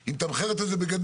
היא מתמחרת את זה בגדול,